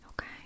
Okay